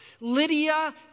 Lydia